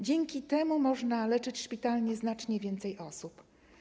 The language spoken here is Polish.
Dzięki temu można leczyć szpitalnie znacznie więcej osób.